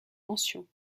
mention